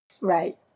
Right